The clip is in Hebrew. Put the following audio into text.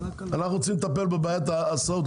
אנחנו רוצים לטפל כרגע בבעיית ההסעות,